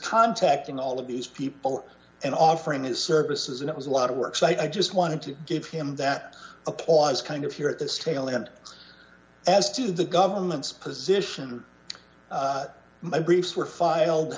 contacting all of these people and offering his services and it was a lot of work so i just wanted to give him that a pause kind of here at this tail end as to the government's position my briefs were filed